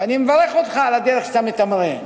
ואני מברך אותך על הדרך שאתה מתמרן.